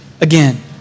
again